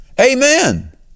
Amen